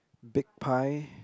big pie